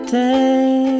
day